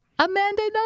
Amanda